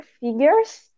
figures